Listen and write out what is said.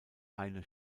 eine